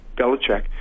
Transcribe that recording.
Belichick